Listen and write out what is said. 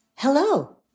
Hello